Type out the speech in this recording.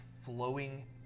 flowing